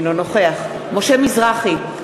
אינו נוכח משה מזרחי,